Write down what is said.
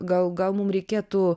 gal gal mum reikėtų